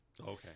okay